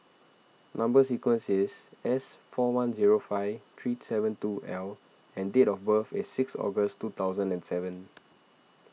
Number Sequence is S four one zero five three seven two L and date of birth is six August two thousand and seven